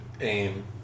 aim